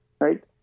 right